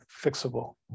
fixable